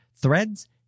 Threads